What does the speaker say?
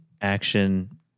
action